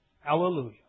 Hallelujah